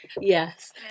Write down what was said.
yes